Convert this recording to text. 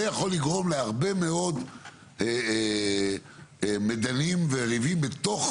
זה יכול לגרום להרבה מאוד מדנים וריבים בתוך